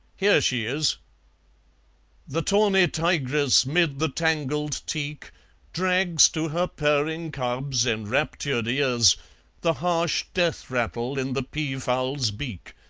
here she is the tawny tigress mid the tangled teak drags to her purring cubs' enraptured ears the harsh death-rattle in the pea-fowl's beak,